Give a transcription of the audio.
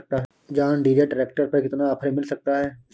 John Deere tractor पर कितना offer मिल सकता है?